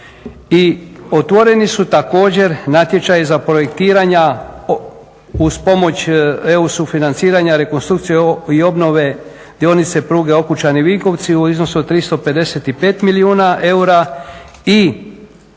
otvoreni su također natječaji za projektiranja uz pomoć EU sufinanciranja, rekonstrukcije i obnove dionice pruge Okučani – Vinkovci u iznosu od 355 milijuna eura i